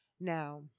now